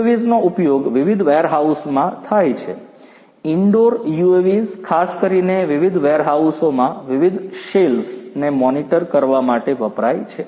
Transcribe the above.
UAVs નો ઉપયોગ વિવિધ વેરહાઉસીસમાં થાય છે ઇન્ડોર UAVs ખાસ કરીને વિવિધ વેરહાઉસોમાં વિવિધ શેલ્વ્સ ને મોનિટર કરવા માટે વપરાય છે